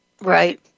Right